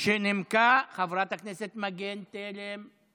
שנימקה חברת הכנסת מגן תלם.